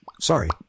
Sorry